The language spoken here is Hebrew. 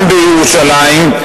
גם בירושלים,